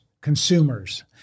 consumers